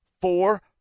four